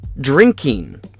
drinking